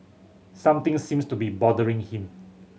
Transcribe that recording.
something seems to be bothering him